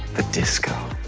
the disco.